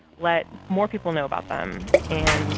let more people know about them. and